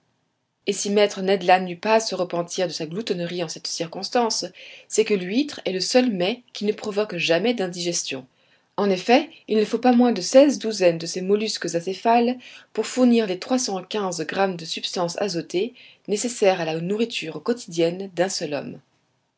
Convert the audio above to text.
et si maître ned land n'eut pas à se repentir de sa gloutonnerie en cette circonstance c'est que l'huître est le seul mets qui ne provoque jamais d'indigestion en effet il ne faut pas moins de seize douzaines de ces mollusques acéphales pour fournir les trois cent quinze grammes de substance azotée nécessaires à la nourriture quotidienne d'un seul homme